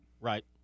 Right